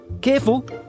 Careful